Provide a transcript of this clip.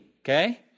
okay